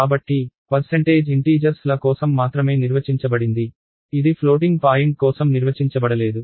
కాబట్టి percentage integers ల కోసం మాత్రమే నిర్వచించబడింది ఇది ఫ్లోటింగ్ పాయింట్ కోసం నిర్వచించబడలేదు